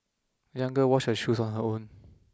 the young girl washed her shoes on her own